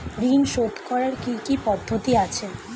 ঋন শোধ করার কি কি পদ্ধতি আছে?